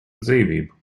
dzīvību